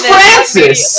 Francis